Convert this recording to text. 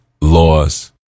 laws